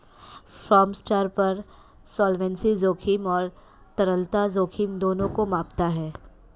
firm स्तर पर solvency जोखिम और तरलता जोखिम दोनों को मापता है